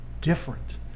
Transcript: different